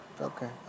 Okay